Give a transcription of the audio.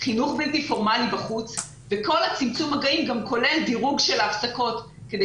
חינוך בלתי פורמלי בחוץ וכל צמצום המגעים גם כולל דירוג של ההפסקות כדי